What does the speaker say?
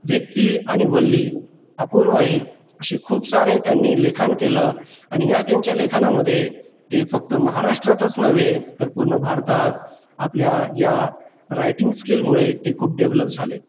व्यक्ती आणि वल्ली अपूर्वाई असे खूप सारे त्यांनी लेखन केलं आणि या त्यांच्या लेखनामध्ये ते फक्त महाराष्ट्रातच नव्हे तर पूर्ण भारतात आपल्या या रायटिंग स्किलमुळे ते खूप डेव्हलप झाले